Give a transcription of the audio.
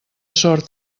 sort